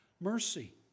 mercy